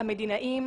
המדינאים,